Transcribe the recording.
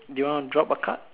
do you want to drop a card